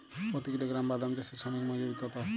প্রতি কিলোগ্রাম বাদাম চাষে শ্রমিক মজুরি কত?